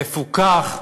מפוקח,